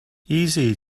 easy